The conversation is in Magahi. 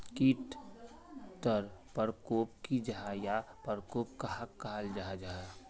कीट टर परकोप की जाहा या परकोप कहाक कहाल जाहा जाहा?